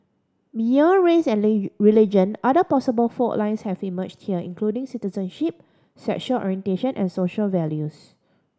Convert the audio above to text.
beyond race and religion other possible fault lines have emerged here including citizenship sexual orientation and social values